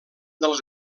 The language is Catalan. dels